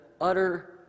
utter